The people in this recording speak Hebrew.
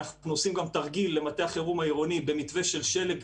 אנחנו עושים גם תרגיל למטה החירום העירוני במתווה של שלג,